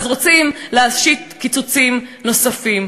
רוצים להשית קיצוצים נוספים.